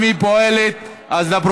אם היא פועלת, אז לפרוטוקול.